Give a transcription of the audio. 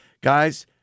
guys